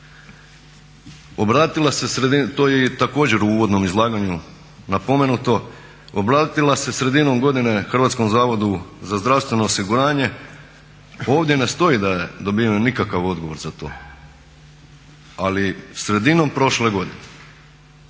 to je također u uvodnom izlaganju napomenuto, obratila se sredinom godine Hrvatskom zavodu za zdravstveno osiguranje. Ovdje ne stoji da je dobiven nikakav odgovor za to, ali sredinom prošle godine